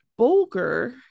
Bolger